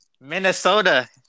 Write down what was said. Minnesota